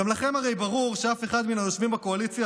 הרי גם לכם ברור שאף אחד מן היושבים בקואליציה